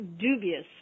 Dubious